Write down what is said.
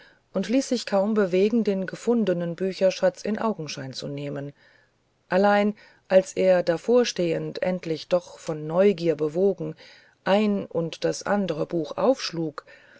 und ließ sich kaum bewegen den gefundenen bücherschatz in augenschein zu nehmen allein als er davorstehend endlich doch von neugier bewogen ein und das andere buch aufschlug